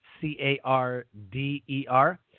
C-A-R-D-E-R